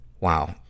wow